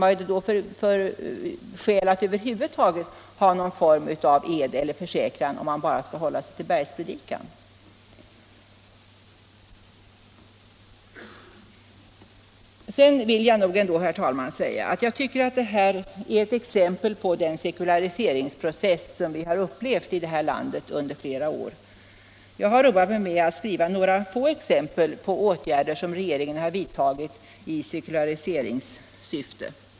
Vad är det för skäl att över huvud taget ha någon form av ed eller försäkran, om man bara skall hålla sig till Bergspredikan? Sedan vill jag, herr talman, säga att jag tycker att vi här har ett uttryck för den sekulariseringsprocess som vi har upplevt i det här landet under flera år. Jag har roat mig med att notera några få exempel på åtgärder som regeringen har vidtagit i sekulariseringssyfte.